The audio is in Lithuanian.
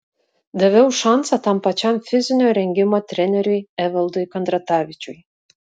daviau šansą tam pačiam fizinio rengimo treneriui evaldui kandratavičiui